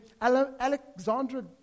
Alexandra